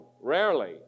rarely